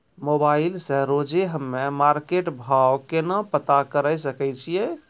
Mobile से रोजे हम्मे मार्केट भाव केना पता करे सकय छियै?